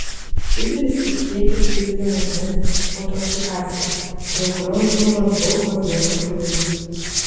didelis jų kiekis didina vandens eutrofikaciją dėl kurios žūva daug vandens organizmų